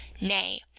Nay